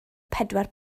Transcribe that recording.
pedwar